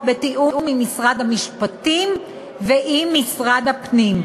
בתיאום עם משרד המשפטים ועם משרד הפנים,